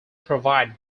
provide